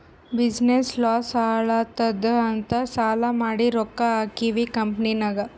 business loss ಆಲಾತ್ತುದ್ ಅಂತ್ ಸಾಲಾ ಮಾಡಿ ರೊಕ್ಕಾ ಹಾಕಿವ್ ಕಂಪನಿನಾಗ್